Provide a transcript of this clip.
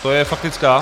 To je faktická?